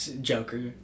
Joker